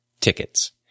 tickets